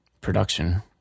production